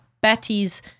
Betty's